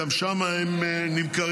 גם שם הם נמכרים,